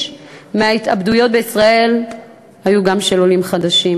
מההתאבדויות בישראל היו של עולים חדשים,